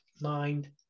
Mind